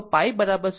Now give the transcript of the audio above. આમ તે 0R હશે